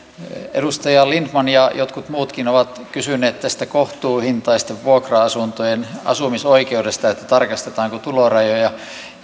edustaja lindtman ja jotkut muutkin ovat kysyneet tästä kohtuuhintaisten vuokra asuntojen asumisoikeudesta tarkastetaanko tulorajoja